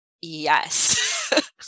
yes